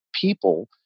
people